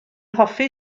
hoffi